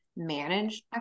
manage